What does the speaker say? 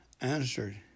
answered